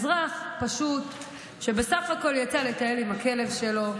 אזרח פשוט שבסך הכול יצא לטייל עם הכלב שלו,